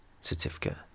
certificate